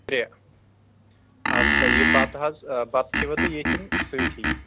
ترٛےٚ اَدٕ سا یہِ بَتہٕ حظ بَتہٕ کھیٚوٕ تُہۍ ییٚتھ کِنہٕ سۭتی